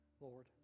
Lord